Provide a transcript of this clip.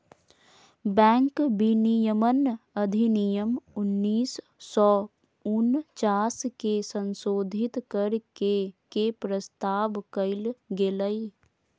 bank विनियमन अधिनियम उन्नीस सौ उनचास के संशोधित कर के के प्रस्ताव कइल गेलय